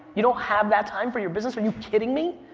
you don't have that time for your business? are you kidding me?